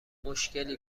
مشکلی